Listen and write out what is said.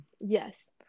Yes